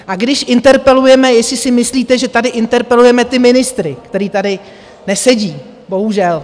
A když interpelujeme, jestli si myslíte, že tady interpelujeme ty ministry, kteří tady nesedí, bohužel.